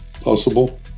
possible